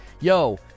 Yo